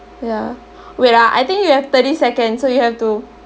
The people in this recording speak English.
ya wait ah I think you have thirty seconds so you have to